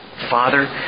Father